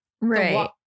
Right